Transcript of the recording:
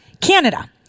Canada